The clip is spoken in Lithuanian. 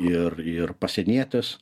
ir ir pasienietis